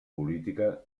política